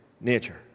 nature